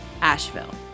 Asheville